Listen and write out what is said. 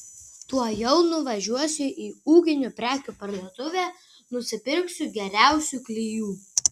tuojau nuvažiuosiu į ūkinių prekių parduotuvę nupirksiu geriausių klijų